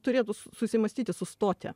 turėtų su susimąstyti sustoti